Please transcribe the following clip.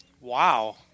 Wow